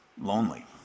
lonely